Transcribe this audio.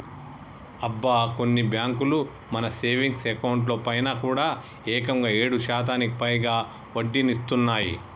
అబ్బా కొన్ని బ్యాంకులు మన సేవింగ్స్ అకౌంట్ లో పైన కూడా ఏకంగా ఏడు శాతానికి పైగా వడ్డీనిస్తున్నాయి